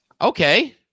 Okay